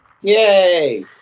Yay